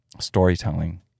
storytelling